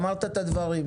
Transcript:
אמרת את הדברים.